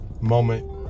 moment